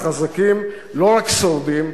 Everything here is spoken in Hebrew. החזקים לא רק שורדים,